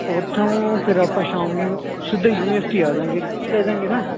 ਉੱਥੋਂ ਫਿਰ ਆਪਾਂ ਸ਼ਾਮ ਨੂੰ ਸਿੱਧੇ ਯੂਨੀਵਰਸਿਟੀ ਆ ਜਾਂਗੇ ਇੱਥੇ ਹੀ ਰਹਿ ਜਾਵਾਂਗੇ ਨਾ